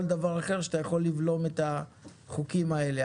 דבר אחר שאתה יכול לבלום את החוקים האלה.